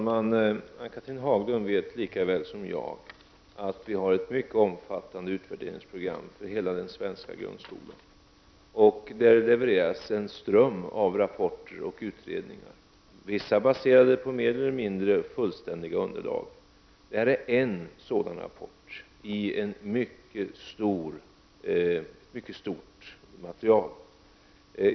Herr talman! Ann-Cathrine Haglund vet, lika väl som jag, att det finns ett mycket omfattande utvärderingsprogram för hela den svenska grundskolan, och där levereras en ström av rapporter och utredningar — vissa baserade på mer eller mindre fullständiga underlag. Det här är en sådan rapport, i ett mycket stort material.